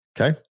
Okay